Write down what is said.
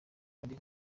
ari